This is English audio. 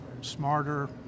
smarter